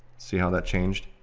see how that changed.